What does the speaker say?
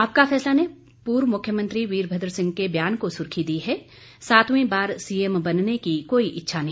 आपका ने फैसला पूर्व मुख्यमंत्री वीरमद्र सिंह के बयान को सुर्खी दी है सातवीं बार सीएम बनने की कोई इच्छा नहीं